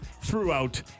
throughout